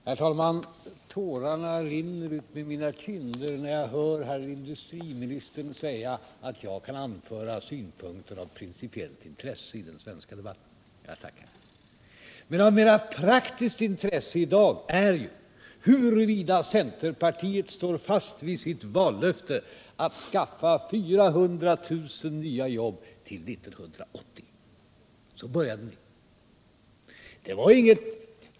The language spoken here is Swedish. Herr talman! Tårarna rinner utmed mina kinder när jag hör herr industriministern säga att jag kan anföra synpunkter av principiellt intresse i den svenska debatten. Jag tackar. Men av mera praktiskt intresse i dag är ju huruvida centerpartiet står fast vid sitt vallöfte att skaffa 400 000 nya jobb till 1980. Så började ni.